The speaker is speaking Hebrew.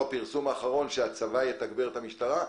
הפרסום האחרון שלפיו הצבא יתגבר את המשטרה.